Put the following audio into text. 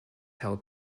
held